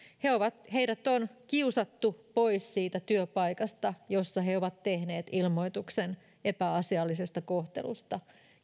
heidät on kiusattu pois siitä työpaikasta jossa he ovat tehneet ilmoituksen epäasiallisesta kohtelusta